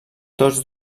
tots